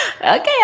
Okay